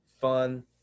fun